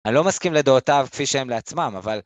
אני לא מסכים לדעותיו, כפי שהם לעצמם, אבל...